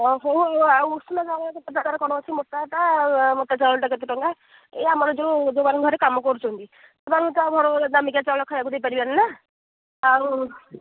ହଉ ଆଉ ଉଷୁନା ଚାଉଳ କେତେ ପ୍ରକାର କ'ଣ ଅଛି ମୋଟାଟା ଆଉ ମୋଟା ଚାଉଳଟା କେତେ ଟଙ୍କା ଏଇ ଆମର ଯେଉଁ ଯେଉଁ ମାନେ ଘରେ କାମ କରୁଛନ୍ତି ତାଙ୍କୁ ତ ଆଉ ଭଲ ଭଲ ଦାମିକିଆ ଚାଉଳ ଖାଇବାକୁ ଦେଇପାରିବାନି ନା ଆଉ